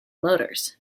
motors